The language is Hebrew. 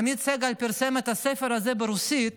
עמית סגל פרסם את הספר הזה ברוסית.